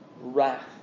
wrath